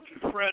Fred